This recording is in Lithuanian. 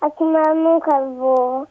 akmenukas buvo